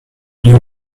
you